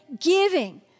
giving